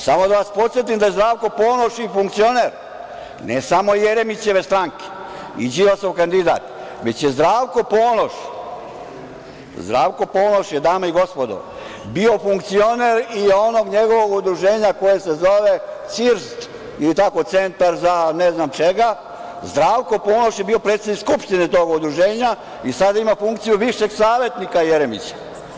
Samo da vas podsetim da je Zdravko Ponoš i funkcioner, ne samo Jeremićeve stranke i Đilasov kandidat, već je Zdravko Ponoš, dame i gospodo, bio funkcioner i onog njegovog udruženja koje se zove CIRST, centar za ne znam čega, Zdravko Ponoš je bio predsednik skupštine tog udruženja i sada ima funkciju višeg savetnika Jeremića.